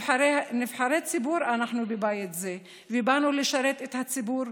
נבחרי ציבור אנחנו בבית זה ובאנו לשרת את הציבור,